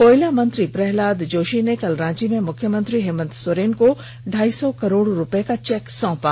कोयला मंत्री प्रहलाद जोशी ने कल रांची में मुख्यमंत्री हेमंत सोरेन को ढाई सौ करोड़ रूपये का चेक सौंपा